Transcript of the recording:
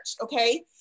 okay